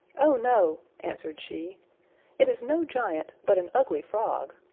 oh, no! answered she it is no giant, but an ugly frog.